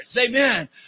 Amen